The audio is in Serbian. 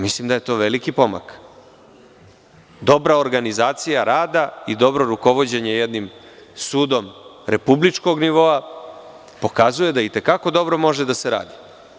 Mislim da je to veliki pomak, dobra organizacija rada, dobro rukovođenje jednim sudom republičkog nivoa, pokazuje da i te kako dobro može da se radi.